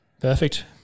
Perfect